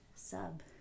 sub